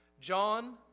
John